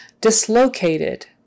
dislocated